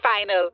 final